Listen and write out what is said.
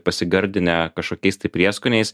pasigardinę kažkokiais tai prieskoniais